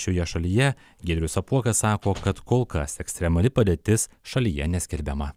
šioje šalyje giedrius apuokas sako kad kol kas ekstremali padėtis šalyje neskelbiama